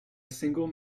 single